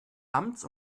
amts